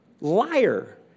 liar